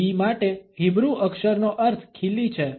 V માટે Hebrew અક્ષરનો અર્થ ખીલી છે